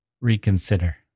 reconsider